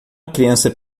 criança